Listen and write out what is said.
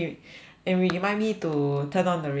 and remind me to turn on the radio